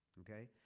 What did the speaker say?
okay